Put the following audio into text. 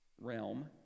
realm